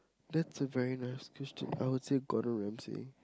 that's a very nice question I would say Gordon-Ramsey